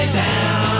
down